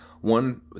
One